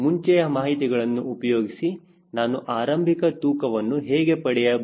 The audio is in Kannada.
ಮುಂಚೆಯ ಮಾಹಿತಿಗಳನ್ನು ಉಪಯೋಗಿಸಿ ನಾನು ಆರಂಭಿಕ ತೂಕವನ್ನು ಹೇಗೆ ಪಡೆಯಬಹುದು